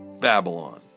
Babylon